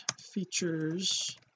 features